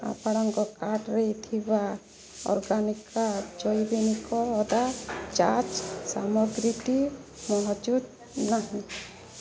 ଆପଣଙ୍କ କାର୍ଟ୍ରେ ଥିବା ଅର୍ଗାନିକ୍ ଜୈବିନିକ ଅଦା ଚା ସାମଗ୍ରୀଟି ମହଜୁଦ ନାହିଁ